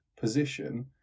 position